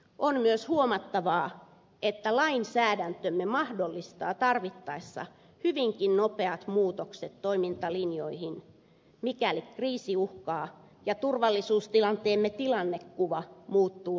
on myös huomattava että lainsäädäntömme mahdollistaa tarvittaessa hyvinkin nopeat muutokset toimintalinjoihin mikäli kriisi uhkaa ja turvallisuustilanteemme tilannekuva muuttuu ratkaisevasti